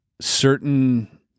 certain